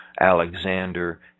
Alexander